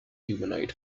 humanoid